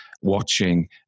watching